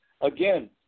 Again